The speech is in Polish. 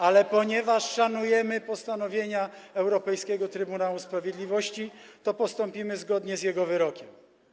Ale ponieważ szanujemy postanowienia Europejskiego Trybunału Sprawiedliwości, postąpimy zgodnie z jego wyrokiem.